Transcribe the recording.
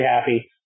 happy